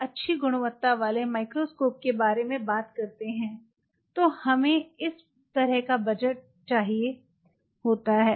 हम अच्छी गुणवत्ता वाले माइक्रोस्कोप के बारे में बात करते हैं तो हमें इस तरह का बजट है चाहिए होता है